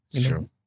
Sure